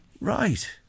Right